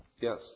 Yes